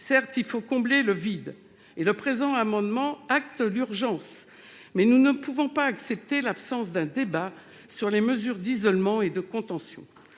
Certes, il faut combler le vide- et le présent amendement vise à en souligner l'urgence -, mais nous ne pouvons accepter l'absence d'un débat sur les mesures d'isolement et de contention.